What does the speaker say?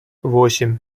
восемь